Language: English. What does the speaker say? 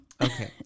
Okay